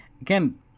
Again